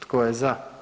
Tko je za?